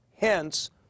Hence